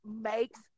makes